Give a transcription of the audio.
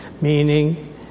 meaning